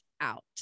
out